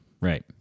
Right